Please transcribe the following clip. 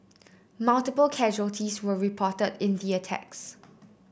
multiple casualties were reported in the attacks